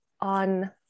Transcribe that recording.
on